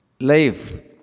Life